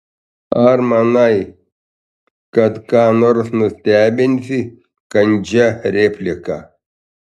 ar manai kad ką nors nustebinsi kandžia replika